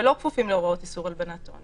ולא כפופים להוראות איסור הלבנת הון.